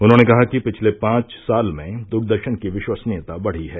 उन्होंने कहा कि पिछले पांच साल में दूरदर्शन की विश्वसनीयता बढ़ी है